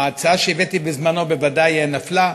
ההצעה שהבאתי בזמנו בוודאי נפלה,